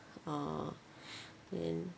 ah um